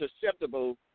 susceptible